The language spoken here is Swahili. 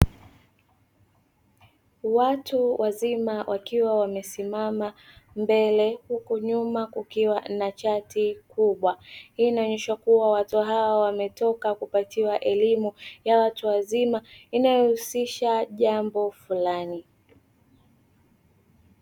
Watu wazima wakiwa wamesimama mbele huku nyuma kukiwa na chati kubwa, hii inaonyesha watu hawa wametoka kupatiwa elimu ya watu wazima inayohusisha jambo fulani.